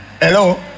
Hello